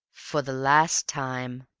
for the last time,